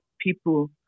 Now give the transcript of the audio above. people